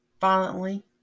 violently